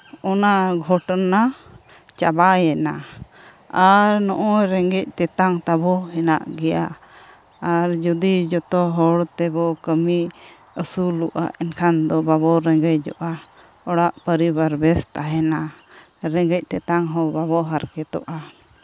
ᱚᱱᱟ ᱜᱷᱚᱴᱚᱱᱟ ᱪᱟᱵᱟᱭᱮᱱᱟ ᱟᱨ ᱱᱚᱜᱼᱚᱸᱭ ᱨᱮᱸᱜᱮᱡ ᱛᱮᱛᱟᱝ ᱛᱟᱵᱚ ᱦᱮᱱᱟᱜ ᱜᱮᱭᱟ ᱟᱨ ᱡᱩᱫᱤ ᱡᱚᱛᱚ ᱦᱚᱲ ᱛᱮᱵᱚ ᱠᱟᱹᱢᱤ ᱟᱹᱥᱩᱞᱚᱜᱼᱟ ᱮᱱᱠᱷᱟᱱᱵᱟᱵᱚ ᱨᱮᱸᱜᱮᱡᱚᱜᱼᱟ ᱚᱲᱟᱜ ᱯᱚᱨᱤᱵᱟᱨ ᱵᱮᱥ ᱛᱟᱦᱮᱱᱟ ᱨᱮᱸᱜᱮᱡ ᱛᱮᱛᱟᱝ ᱦᱚᱸ ᱵᱟᱵᱚ ᱦᱟᱨᱠᱮᱛᱚᱜᱼᱟ